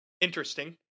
interesting